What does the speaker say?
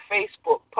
Facebook